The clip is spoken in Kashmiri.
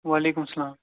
وعلیکُم سلام